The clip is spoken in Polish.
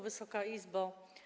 Wysoka Izbo!